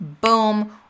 Boom